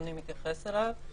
שאדוני מתייחס אליו.